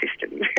system